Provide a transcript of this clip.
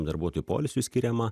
darbuotojų poilsiui skiriama